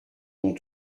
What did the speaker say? mon